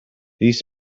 these